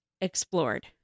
explored